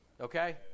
Okay